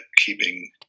keeping